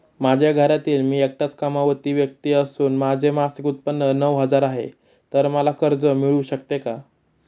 माझ्या घरातील मी एकटाच कमावती व्यक्ती असून माझे मासिक उत्त्पन्न नऊ हजार आहे, तर मला कर्ज मिळू शकते का?